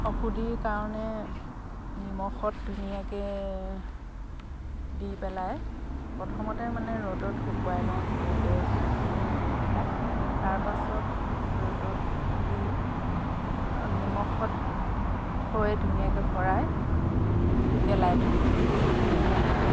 ঔষধিৰ কাৰণে নিমখত ধুনীয়াকৈ দি পেলাই প্ৰথমতে মানে ৰ'দত শুকুৱাই লওঁ ধুনীয়াকৈ চুঁচি নেমুকেইটা তাৰপাছত ৰ'দত দি নিমখত থৈ ধুনীয়াকৈ ভৰাই গেলাই থওঁ গোল নেমু